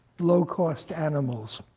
low-cost animals.